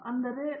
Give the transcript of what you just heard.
professor B